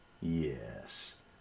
yes